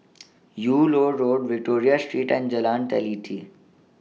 Yung Loh Road Victoria Street and Jalan Teliti